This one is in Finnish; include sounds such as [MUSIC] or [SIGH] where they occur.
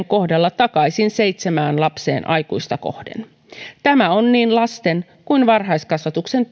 [UNINTELLIGIBLE] kohdalla takaisin seitsemään lapseen aikuista kohden tämä on niin lasten kuin varhaiskasvatuksen [UNINTELLIGIBLE]